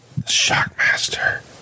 Shockmaster